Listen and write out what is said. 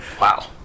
Wow